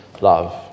love